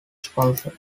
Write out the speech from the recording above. sponsor